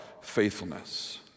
faithfulness